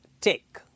Take